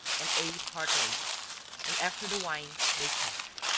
and ate heartily and, after the wine, they talked.